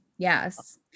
Yes